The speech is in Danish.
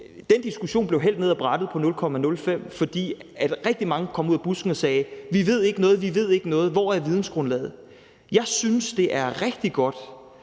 spidsen for, blev hældt ned af brættet på nul komma nul fem, fordi rigtig mange kom ud af busken og sagde: Vi ved ikke noget, vi ved ikke noget, hvor er vidensgrundlaget? Jeg synes, det er rigtig godt,